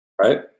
right